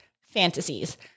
fantasies